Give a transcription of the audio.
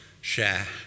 share